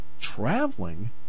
traveling